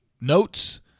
notes